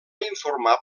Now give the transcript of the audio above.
informar